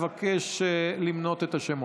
אבקש למנות את השמות.